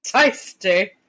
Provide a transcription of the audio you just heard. tasty